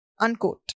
Unquote